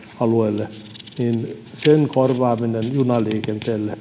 alueelle ja sen korvaaminen junaliikenteellä